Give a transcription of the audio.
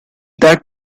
that